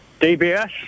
DBS